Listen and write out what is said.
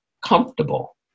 comfortable